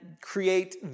create